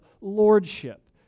lordship